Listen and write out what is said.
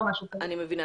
אני מבינה.